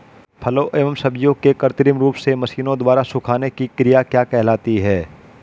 फलों एवं सब्जियों के कृत्रिम रूप से मशीनों द्वारा सुखाने की क्रिया क्या कहलाती है?